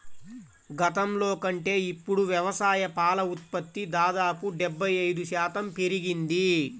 గతంలో కంటే ఇప్పుడు వ్యవసాయ పాల ఉత్పత్తి దాదాపు డెబ్బై ఐదు శాతం పెరిగింది